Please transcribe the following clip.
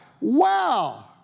Wow